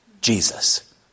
Jesus